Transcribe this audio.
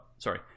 sorry